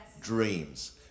dreams